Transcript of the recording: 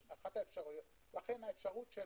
לכן האפשרות של